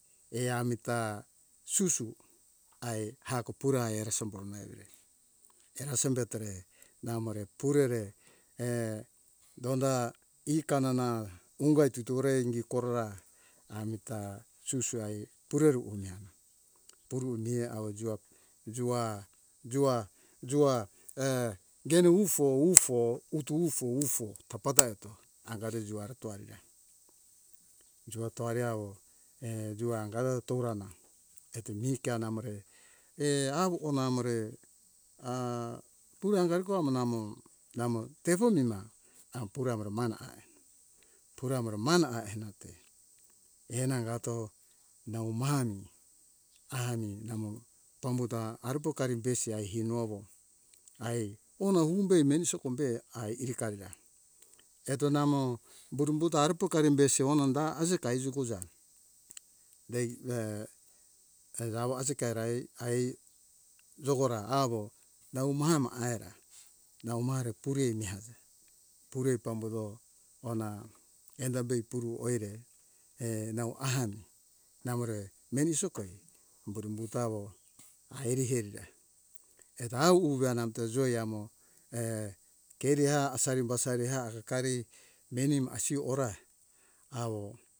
E amita susu ae hako purai ere somborona simbetore namore purere donda ekanana ungo ititore ingigi korora amita susu ai pureru oni hona puro ne awo juwa juwa juwa gnu ufo ufo utu ufo ufo tapata eto angare juwara toari da juwa toari awo e juwa angawe torona eto me kea namore awo namore awo namore a pure hungawiko namo namo tefo mema am puro amore mana ai puro amore mana ai nate e nangato nau mahami ami namo pambuto a ari pokari besi mana ai inu awo ai hona umbe meni sokombe ai irikarida eto namo dudubuta ari pokari besi besi onanda azika izi kuza deire e jawo azika erai ai jogora awo nau mahama aira nau mahare puri emi aza puri pambuto ona endabe puru oire e nau ahani namore meni sokoi umbuto umbu tawo hairi erira eto auwo amta joe awo keriha asari basari ha hakari meni masi hora awo